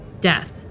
death